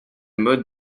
mode